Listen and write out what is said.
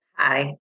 Hi